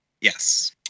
Yes